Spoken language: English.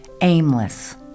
aimless